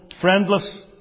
friendless